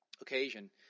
occasion